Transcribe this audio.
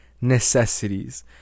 necessities